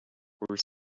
were